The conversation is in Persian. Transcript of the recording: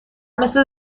مثل